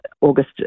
August